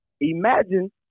imagine